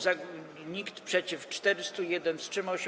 Za - nikt, przeciw - 400, 1 wstrzymał się.